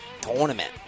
Tournament